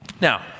Now